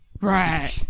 Right